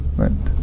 right